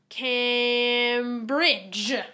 Cambridge